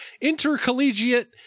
intercollegiate